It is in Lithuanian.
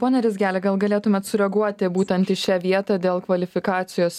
ponia rizgele gal galėtumėt sureaguoti būtent į šią vietą dėl kvalifikacijos